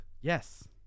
yes